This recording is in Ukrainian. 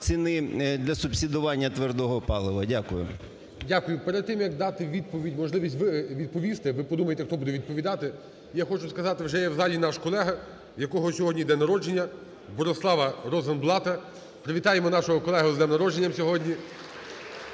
ціни для субсидування твердого палива? Дякую. ГОЛОВУЮЧИЙ. Дякую. Перед тим, як дати відповідь, можливість відповісти, ви подумайте, хто буде відповідати. Я хочу сказати, вже є в залі наш колега, в якого сьогодні день народження, Борислава Розенблата. Привітаємо нашого колегу з днем народження сьогодні,